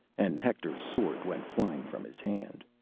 and hector's sword went flying from his hand.